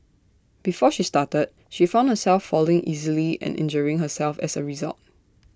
before she started she found herself falling easily and injuring herself as A result